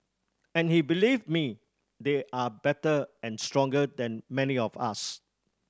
and he believe me they are better and stronger than many of us